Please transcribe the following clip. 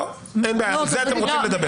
על זה אתם רוצים לדבר.